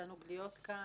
תענוג להיות כאן,